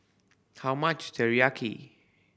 how much Teriyaki